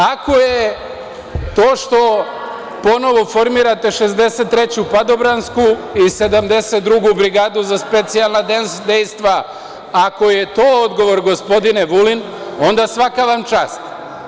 Ako je to što ponovo formirate 63. padobransku i 72. brigadu za specijalna dejstva, ako je to odgovor gospodine Vulin, onda svaka vam čast.